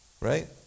Right